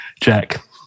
Jack